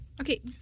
Okay